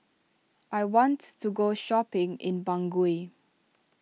I want to go shopping in Bangui